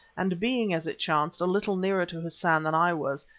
and being, as it chanced, a little nearer to hassan than i was,